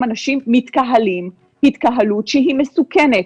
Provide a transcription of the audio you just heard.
אנשים מתקהלים התקהלות שהיא מסוכנת.